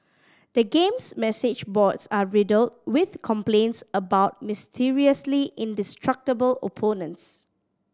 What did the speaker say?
the game's message boards are riddled with complaints about mysteriously indestructible opponents